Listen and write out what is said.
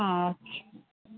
ও আচ্ছা